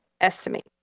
estimate